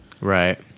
Right